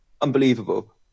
unbelievable